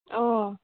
অঁ